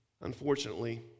unfortunately